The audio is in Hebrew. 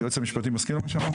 היועץ המשפטי מסכים עם מה שאמרתי?